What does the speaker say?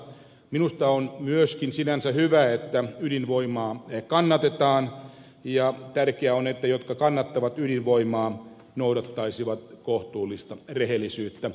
minusta on myöskin sinänsä hyvä että ydinvoimaa kannatetaan ja tärkeää on että ne jotka kannattavat ydinvoimaa noudattaisivat kohtuullista rehellisyyttä